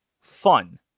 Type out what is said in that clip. fun